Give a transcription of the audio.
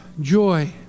joy